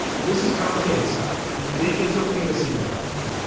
this is complicated stuff. it's ok to seek out help.